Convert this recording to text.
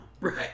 right